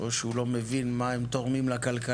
או שהוא לא מבין מה הם תורמים לכלכלה,